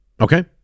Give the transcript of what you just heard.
Okay